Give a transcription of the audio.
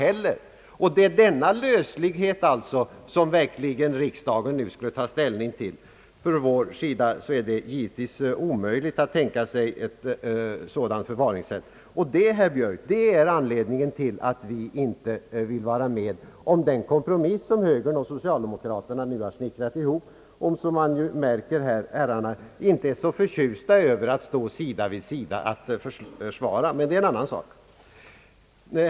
Det är denna löslighet som riksdagen nu inbjudes ta ställning till. Från vår sida är givetvis tanken på ett sådant förfaringssätt utesluten, och det är anledningen, herr Björk, till att vi inte vill vara med om den kompromiss som högern och socialdemokraterna nu har snickrat ihop — och som man märker att herrarna inte är så förtjusta över att stå sida vid sida och försvara; men det är en annan sak.